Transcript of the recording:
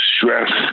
stress